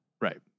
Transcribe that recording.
Right